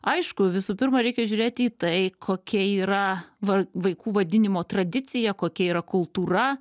aišku visų pirma reikia žiūrėti į tai kokia yra var vaikų vadinimo tradicija kokia yra kultūra